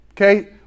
Okay